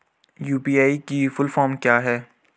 UPI की full form क्या है?